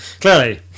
clearly